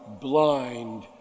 blind